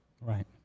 Right